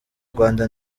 rwanda